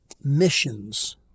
missions